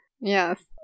Yes